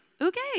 okay